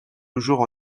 toujours